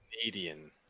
Canadian